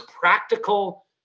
practical